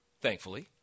thankfully